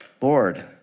Lord